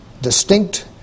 distinct